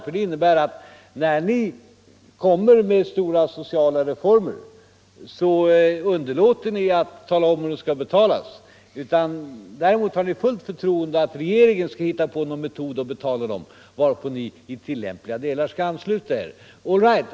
Det innebär att när ni föreslår stora sociala reformer underlåter ni att tala om hur de skall betalas eftersom ni har fullt förtroende för att regeringen skall hitta på ett sätt att betala dem, varpå ni i tillämpliga delar ansluter er. All right.